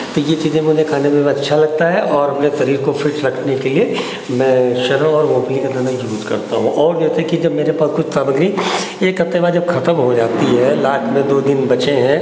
तो ये चीज़ें मुझे खाने में अच्छा लगता है और अपने शरीर को फिट रखने के लिए मैं चने और रोटी और नमक यूज़ करता हूँ और जैसे कि जब मुझे मेरे पास एक हफ्ते बाद जब खत्म हो जाती है लास्ट में दो दिन बचे हैं